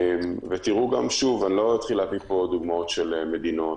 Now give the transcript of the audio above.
לא אתחיל להביא דוגמאות של מדינות,